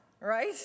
right